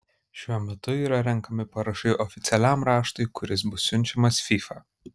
šiuo metu yra renkami parašai oficialiam raštui kuris bus siunčiamas fifa